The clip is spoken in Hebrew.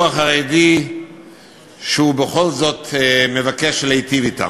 החרדי שהוא בכל זאת מבקש להיטיב אתם.